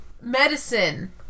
Medicine